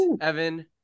Evan